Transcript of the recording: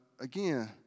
again